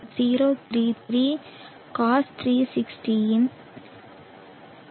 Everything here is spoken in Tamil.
033 காஸ் 360 என்